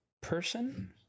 person